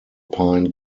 pine